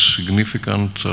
significant